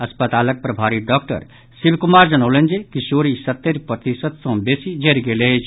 अस्पतालक प्रभारी डॉक्टर शिव कुमार जनौलनि जे किशोरी सत्तरि प्रतिशत सॅ बेसी जरि गेल अछि